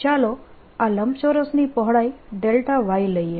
ચાલો આ લંબચોરસની પહોળાઈ y લઈએ